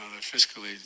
fiscally